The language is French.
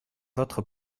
votre